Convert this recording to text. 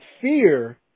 fear